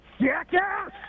jackass